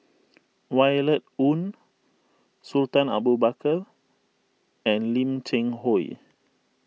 Violet Oon Sultan Abu Bakar and Lim Cheng Hoe